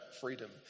freedom